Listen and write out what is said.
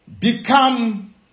become